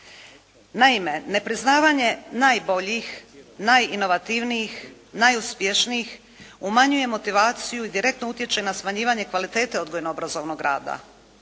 Naime, nepriznavanje najboljih, najinovativnijih, najuspješnijih umanjuje motivaciju i direktno utječe na smanjivanje kvalitete odgojno obrazovnog rada.